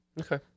Okay